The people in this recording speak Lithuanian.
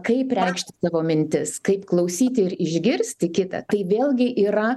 kaip reikšti savo mintis kaip klausyti ir išgirsti kitą tai vėlgi yra